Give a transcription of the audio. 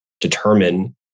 determine